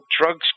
drugs